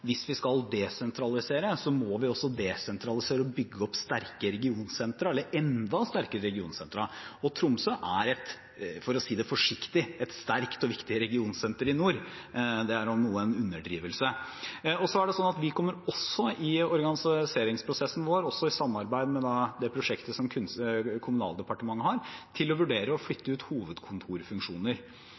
bygge opp sterke eller enda sterkere regionsentre. Tromsø er, for å si det forsiktig, et sterkt og viktig regionsenter i nord; det er om noe en underdrivelse. Vi kommer også i organiseringsprosessen vår til å vurdere å flytte ut hovedkontorfunksjoner, også i samarbeid med det prosjektet som Kommunaldepartementet har. Det må legges til steder hvor det er tilstrekkelige fagmiljøer for å